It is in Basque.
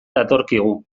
datorkigu